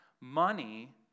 money